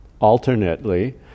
alternately